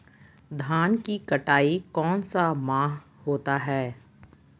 धान की कटाई कौन सा माह होता है?